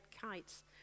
kites